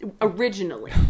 originally